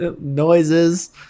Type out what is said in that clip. Noises